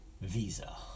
visa